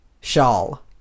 Shawl